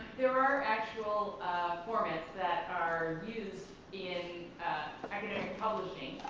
there are actual formats that are used in academic publishing,